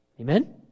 amen